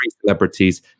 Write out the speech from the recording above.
celebrities